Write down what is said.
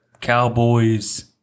cowboys